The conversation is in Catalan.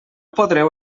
podreu